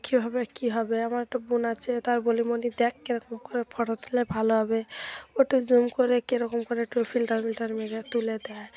কীভাবে কী হবে আমার একটা বোন আছে তার বলি মনি দেখ কীরকম করে ফটো তুললে ভালো হবে ও একটু জুম করে কীরকম করে একটু ফিল্টার মিল্টার মেরে তুলে দেয়